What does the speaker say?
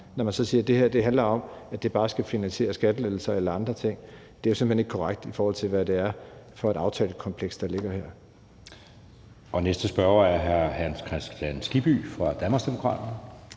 når man siger, at det her handler om, at det bare skal finansiere skattelettelser eller andre ting. Det er simpelt hen ikke korrekt, i forhold til hvad det er for et aftalekompleks, der ligger her. Kl. 15:01 Anden næstformand (Jeppe Søe): Næste spørger er hr. Hans Kristian Skibby fra Danmarksdemokraterne.